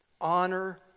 honor